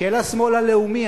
של השמאל הלאומי,